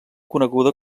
coneguda